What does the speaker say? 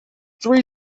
three